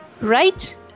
Right